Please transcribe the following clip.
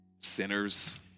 Sinners